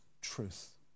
truth